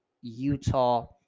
Utah